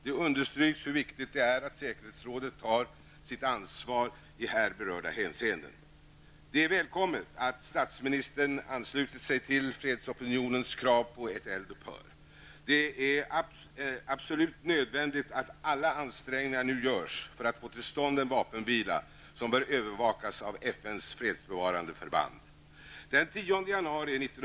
Det understryks hur viktigt det är att säkerhetsrådet tar sitt ansvar i här berörda hänseenden. Det är välkommet att statsministern ansluter sig till fredsopinionens krav på ett eldupphör. Det är absolut nödvändigt att alla ansträngningar nu görs för att få till stånd en vapenvila, som bör övervakas av FNs fredsbevarande förband.